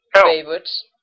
favorites